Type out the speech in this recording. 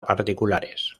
particulares